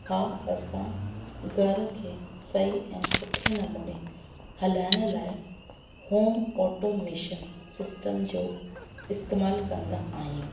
हा असां घर खे सही ऐं सुठे नमूने हलाइण लाइ होम ऑटोमेशन सिस्टम जो इस्तेमालु कंदा आहियूं